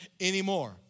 anymore